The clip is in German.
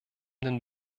den